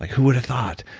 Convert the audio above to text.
who would have thought?